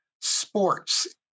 sports